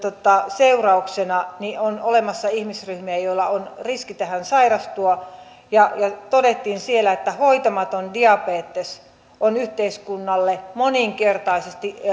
seurauksena on olemassa ihmisryhmiä joilla on riski tähän sairastua siellä todettiin että hoitamaton diabetes on yhteiskunnalle moninkertaisesti